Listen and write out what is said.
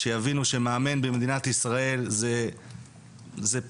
שיבינו שמאמן במדינת ישראל זה פרופסיה,